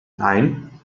nein